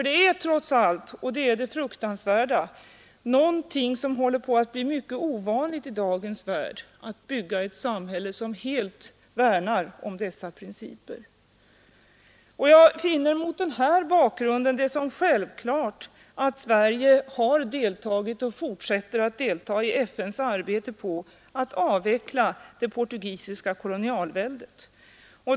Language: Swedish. Det är trots allt — och det är det fruktansvärda — någonting som håller på att bli mycket ovanligt i dagens värld, att man bygger ett samhälle som helt värnar om dessa principer. Jag finner mot denna bakgrund det självklart att Sverige har deltagit och fortsätter att delta i FNs arbete på att avveckla det portugisiska kolonialväldet.